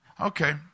Okay